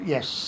Yes